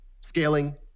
Scaling